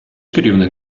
керівник